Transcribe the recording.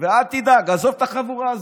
אל תדאג, עזוב את החבורה הזאת,